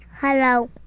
Hello